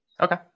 okay